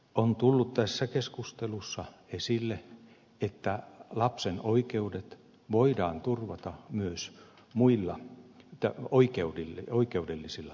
on tullut tässä keskustelussa esille että lapsen oikeudet voidaan turvata myös muilla oikeudellisilla toimilla